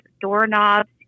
doorknobs